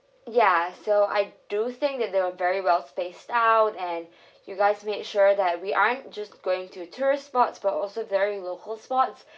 ya so I do think that they were very well spaced out and you guys make sure that we aren't just going to tourist spots but also very little local spots